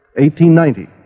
1890